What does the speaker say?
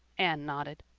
anne nodded.